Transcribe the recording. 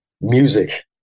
Music